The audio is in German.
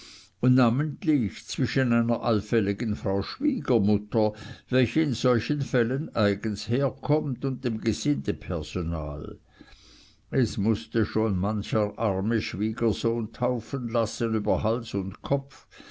sind namentlich zwischen einer allfälligen frau schwiegermutter welche in solchen fällen eigens herkommt und dem gesindepersonal es mußte schon mancher arme schwiegersohn taufen lassen über hals und kopf